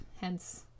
hence